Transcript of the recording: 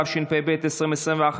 התשפ"ב 2021,